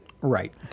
Right